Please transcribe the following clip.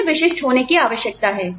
उन्हें विशिष्ट होने की आवश्यकता है